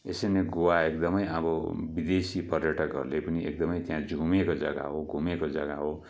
यसरी नै गोवा एकदमै अब विदेशी पर्यटकहरूले पनि एकदमै झुमेको जग्गा हो घुमेको जग्गा हो